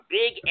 big